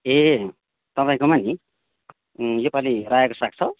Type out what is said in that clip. ए तपाईँकोमा नि यो पालि रायोको साग छ